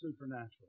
supernatural